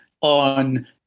on